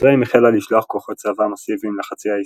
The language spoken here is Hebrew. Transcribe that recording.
מצרים החלה לשלוח כוחות צבא מאסיביים לחצי האי